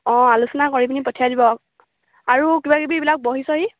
অঁ আলোচনা কৰি পিনি পঠিয়াই দিব আৰু কিবাকিবি এইবিলাক বহী চহী